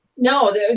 No